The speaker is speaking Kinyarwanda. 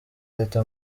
leta